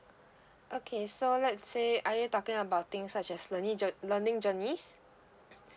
okay so let's say are you talking about things such as learning learning journeys